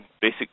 basic